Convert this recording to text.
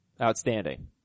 Outstanding